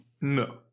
No